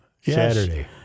Saturday